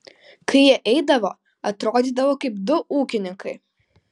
kai jie eidavo atrodydavo kaip du ūkininkai